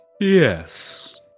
Yes